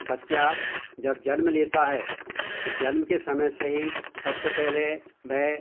बच्चा जब जन्म लेता है तो जन्म के समय से ही सबसे पहले वे